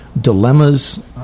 dilemmas